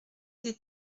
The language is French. des